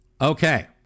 Okay